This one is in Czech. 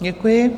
Děkuji.